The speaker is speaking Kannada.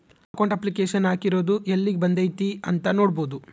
ಅಕೌಂಟ್ ಅಪ್ಲಿಕೇಶನ್ ಹಾಕಿರೊದು ಯೆಲ್ಲಿಗ್ ಬಂದೈತೀ ಅಂತ ನೋಡ್ಬೊದು